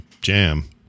jam